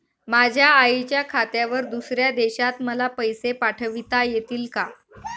माझ्या आईच्या खात्यावर दुसऱ्या देशात मला पैसे पाठविता येतील का?